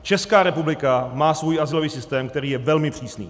Česká republika má svůj azylový systém, který je velmi přísný.